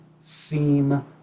seem